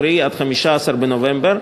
קרי עד 15 בנובמבר.